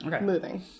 moving